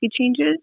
changes